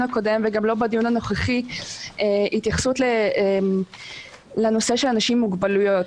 הקודם וגם לא בדיון הנוכחי התייחסות לנושא של אנשים עם מוגבלויות.